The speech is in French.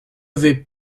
vais